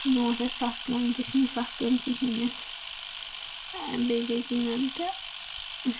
برٛونٹھ ٲسۍ سَکھ کٲم ونکیٚنس چھنہٕ سَکھ کٲم کہیٖنۍ نہِ بیٚیہِ گٔے کٲم تہٕ